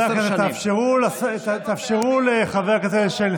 אנחנו לא היינו אז,